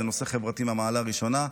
זה נושא חברתי מהמעלה הראשונה.